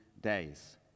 days